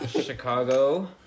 Chicago